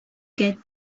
get